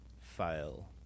file